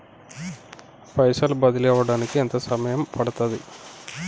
పైసలు బదిలీ అవడానికి ఎంత సమయం పడుతది?